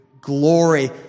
glory